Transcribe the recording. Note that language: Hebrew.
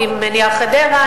עם "נייר חדרה",